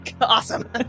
Awesome